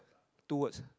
two words